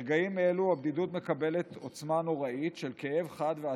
ברגעים אלו הבדידות מקבלת עוצמה נוראית של כאב חד ועצוב.